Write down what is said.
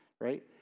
right